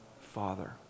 Father